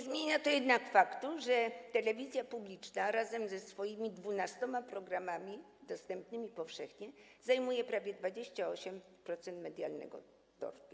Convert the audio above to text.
Nie zmienia to jednak faktu, że telewizja publiczna razem ze swoimi 12 programami, dostępnymi powszechnie, to prawie 28% medialnego tortu.